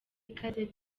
ikaze